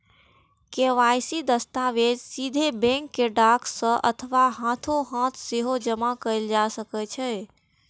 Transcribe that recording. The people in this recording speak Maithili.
के.वाई.सी दस्तावेज सीधे बैंक कें डाक सं अथवा हाथोहाथ सेहो जमा कैल जा सकै छै